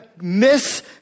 miss